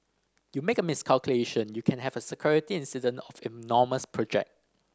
you make a miscalculation you can have a security incident of enormous project